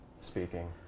speaking